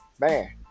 man